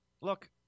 Look